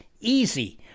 easy